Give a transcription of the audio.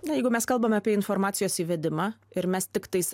na jeigu mes kalbame apie informacijos įvedimą ir mes tiktais